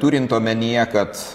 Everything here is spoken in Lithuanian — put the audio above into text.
turint omenyje kad